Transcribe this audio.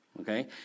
okay